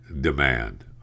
demand